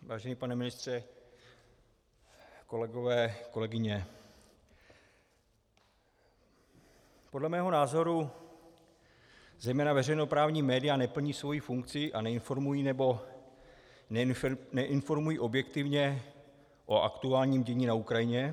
Vážený pane ministře, kolegové, kolegyně, podle mého názoru zejména veřejnoprávní média neplní svou funkci a neinformují, nebo neinformují objektivně o aktuálním dění na Ukrajině.